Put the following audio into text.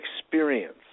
experience